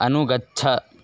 अनुगच्छ